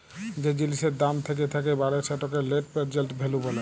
যে জিলিসের দাম থ্যাকে থ্যাকে বাড়ে সেটকে লেট্ পেরজেল্ট ভ্যালু ব্যলে